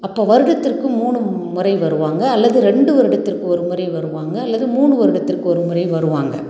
அப்போது வருடத்திற்கு மூணு முறை வருவாங்க அல்லது ரெண்டு வருடத்திற்கு ஒரு முறை வருவாங்க அல்லது மூணு வருடத்திற்கு ஒரு முறை வருவாங்க